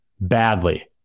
badly